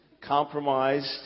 compromised